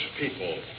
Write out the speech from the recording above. people